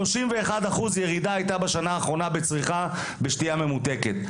31% ירידה הייתה בשנה האחרונה בצריכה בשתייה ממותקת.